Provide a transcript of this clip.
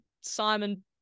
Simon